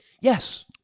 Yes